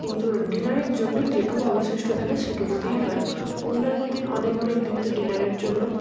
কিন্তু ডিনারের জন্য যেটুকু অবশিষ্ট থাকে সেটুকু দিয়েই হয় অন্যান্য দিন অনেক অনেক দিন তো ডিনারের জন্য